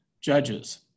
judges